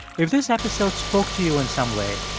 if this episode spoke to you in some way,